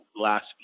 last